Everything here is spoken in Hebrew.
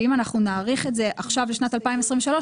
ואם אנחנו נאריך את זה עכשיו לשנת 2023,